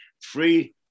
free